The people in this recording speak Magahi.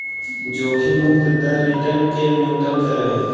जोखिम मुक्त दर रिटर्न के न्यूनतम दर हइ